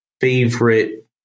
favorite